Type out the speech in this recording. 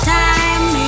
time